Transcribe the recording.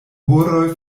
horoj